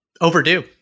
Overdue